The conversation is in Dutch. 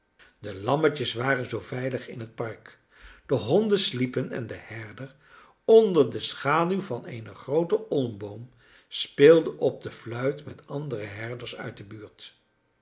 de lammetjes waren zoo veilig in t park de honden sliepen en de herder onder de schaduw van een grooten olmboom speelde op de fluit met andere herders uit de buurt